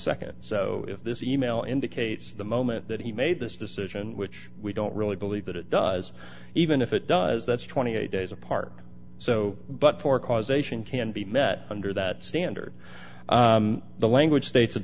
august nd so this e mail indicates the moment that he made this decision which we don't really believe that it does even if it does that's twenty eight days apart so but for causation can be met under that standard the language states